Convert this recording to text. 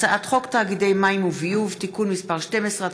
הצעת חוק תאגידי מים וביוב (תיקון מס' 12),